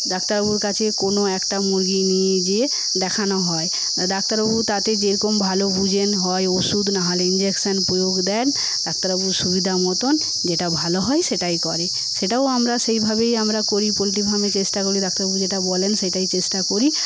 doctor বাবুর কাছে কোনো একটা মুরগী নিয়ে যেয়ে দেখানো হয় ডাক্তার বাবু তাতে যেরকম ভালো বোঝেন হয় ওষুধ নাহলে ইঞ্জেকশন প্রয়োগ দেন ডাক্তার বাবুর সুবিধামতন যেটা ভালো হয় সেটাই করে সেটাও আমরা সেইভাবেই আমরা করি পোল্ট্রি ফার্মে চেষ্টা করি ডাক্তার বাবু যেটা বলেন সেটাই চেষ্টা করি